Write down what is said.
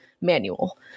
manual